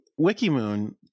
WikiMoon